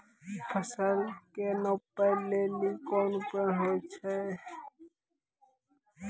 फसल कऽ नापै लेली कोन उपकरण होय छै?